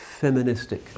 feministic